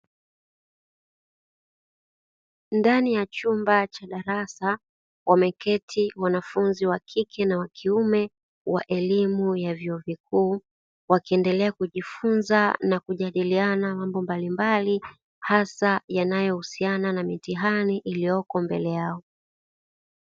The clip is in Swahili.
Ndani ya chumba cha darasa, wameketi wanafunzi wa kike na wa kiume wa elimu ya vyuo vikuu, wakiendelea kijifunza na kujadiliana mambo mbalimbali, hasa yanayohusiana na mitihani iliyoko mbele yao.